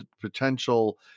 potential